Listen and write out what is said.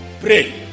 Pray